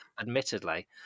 Admittedly